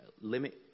limit